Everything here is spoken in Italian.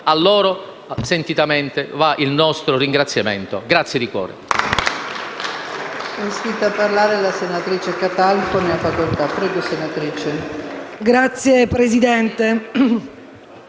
A loro, sentitamente, va il nostro ringraziamento. Grazie di cuore!